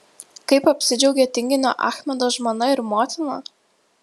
kaip apsidžiaugė tinginio achmedo žmona ir motina